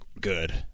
good